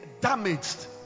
damaged